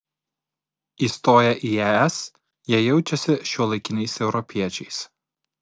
įstoję į es jie jaučiasi šiuolaikiniais europiečiais